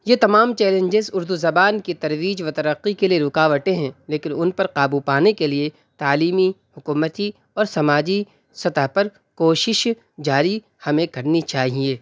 یہ تمام چیلنجز اردو زبان کی ترویج و ترقی کے لیے رکاوٹیں ہیں لیکن ان پر قابو پانے کے لیے تعلیمی حکومتی اور سماجی سطح پر کوشش جاری ہمیں کرنی چاہیے